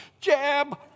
jab